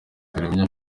kalimpinya